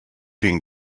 being